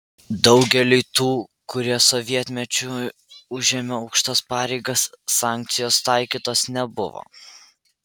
daugeliui tų kurie sovietmečiu užėmė aukštas pareigas sankcijos taikytos nebuvo